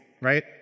right